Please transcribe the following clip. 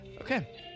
Okay